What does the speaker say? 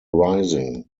rising